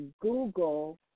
Google